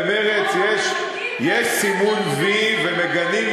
במרצ יש סימון "וי" ומגנים,